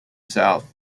south